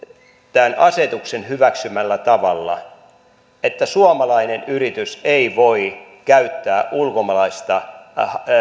tämän asetuksen hyväksymällä tavalla että suomalainen yritys ei voi käyttää ulkomaalaista